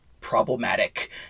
problematic